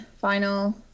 final